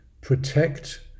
protect